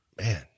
man